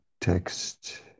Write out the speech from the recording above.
text